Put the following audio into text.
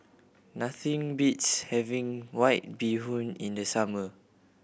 nothing beats having White Bee Hoon in the summer